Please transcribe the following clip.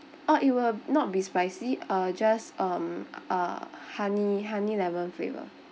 oh it will not be spicy uh just um uh honey honey lemon flavour